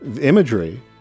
imagery